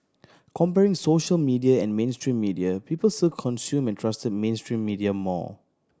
comparing social media and mainstream media people still consumed and trusted mainstream media more